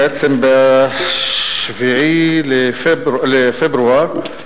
ב-7 בפברואר,